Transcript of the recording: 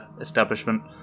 establishment